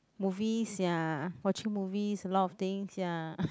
movies ya watching movies a lot of things ya